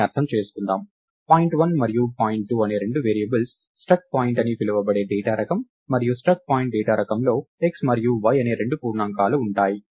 దీన్ని అర్థం చేసుకుందాం పాయింట్ 1 మరియు పాయింట్ 2 అనే రెండు వేరియబుల్స్ స్ట్రక్ట్ పాయింట్ అని పిలువబడే డేటా రకం మరియు స్ట్రక్ట్ పాయింట్ డేటా రకంలో x మరియు y అనే రెండు పూర్ణాంకాలు ఉంటాయి